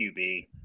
QB –